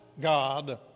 God